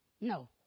No